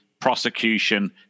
prosecution